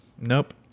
Nope